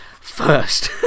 first